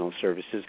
services